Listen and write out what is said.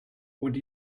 would